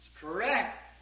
correct